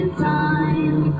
time